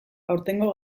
aurtengo